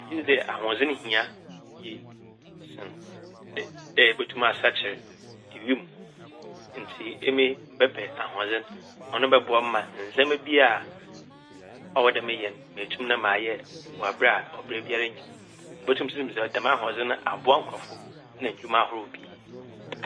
Megye dzi dɛ ahoɔdzen hia yie sen dɛ - dɛ ebotum asakyer wimu. Ntsi emi mebɛpɛ ahoɔdzen. Ɔno bɔboa me ma ndzɛmba bi a ɔwɔ dɛ meyɛ n' metum mayɛ wɔ aber a ɔberɛ biara nnyi mu. Mobotum so medze dɛm ahoɔdzen no so aboa nkorɔfo na edwuma ahorow pii.